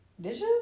Dishes